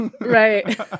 Right